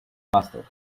mustard